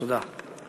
תודה.